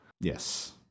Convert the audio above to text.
Yes